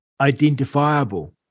identifiable